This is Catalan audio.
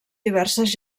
diverses